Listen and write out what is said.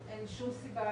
אין שום סיבה,